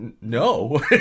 no